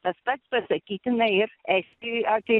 tas pats pasakytina ir estijoj apie